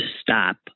stop